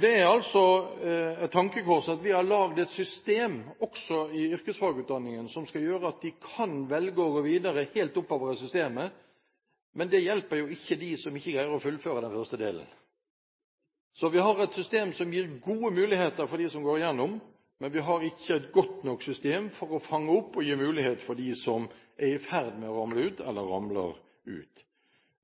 Det er et tankekors at vi har lagd et system også i yrkesfagutdanningen som gjør at man kan velge å gå videre oppover i systemet, men som ikke hjelper dem som ikke greier å fullføre den første delen. Vi har et system som gir gode muligheter for dem som kommer igjennom, men vi har ikke et godt nok system for å fange opp og gi mulighet for dem som er i ferd med å ramle ut, eller ramler ut.